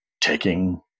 taking